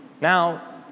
Now